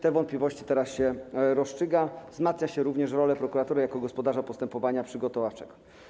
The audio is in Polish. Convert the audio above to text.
Te wątpliwości teraz się rozstrzyga, wzmacnia się również rolę prokuratury jako gospodarza postępowania przygotowawczego.